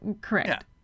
Correct